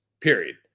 period